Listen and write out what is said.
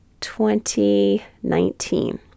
2019